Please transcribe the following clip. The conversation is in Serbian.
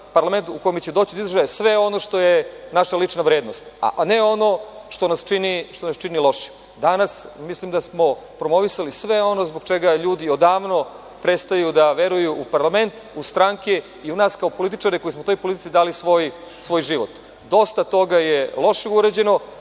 parlament u koje će doći do izražaja sve ono što je naša lična vrednost, a ne ono što nas čini lošim. Danas mislim da smo promovisali sve ono zbog čega ljudi odavno prestaju da veruju u parlament, u stranke i u nas kao političare koji smo toj politici dali svoj život. Dosta toga je loše urađeno.